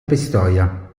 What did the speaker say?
pistoia